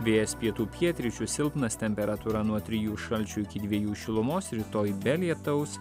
vėjas pietų pietryčių silpnas temperatūra nuo trijų šalčio iki dviejų šilumos rytoj be lietaus